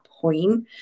point